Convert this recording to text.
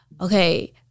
okay